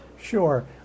Sure